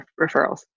referrals